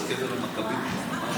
או קבר המכבים שם.